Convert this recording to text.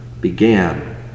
began